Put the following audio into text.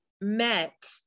met